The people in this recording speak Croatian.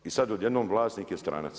I sad odjednom vlasnik je stranac.